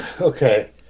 Okay